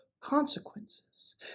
consequences